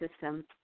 system